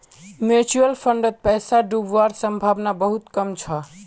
mutual फंडत पैसा डूबवार संभावना बहुत कम छ